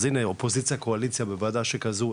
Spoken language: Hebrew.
אז הנה אופוזיציה קואליציה בוועדה שכזו,